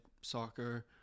soccer